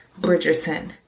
Bridgerton